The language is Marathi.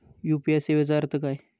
यू.पी.आय सेवेचा अर्थ काय?